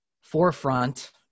forefront